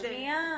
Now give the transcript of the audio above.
שנייה.